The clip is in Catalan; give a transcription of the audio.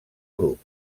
grup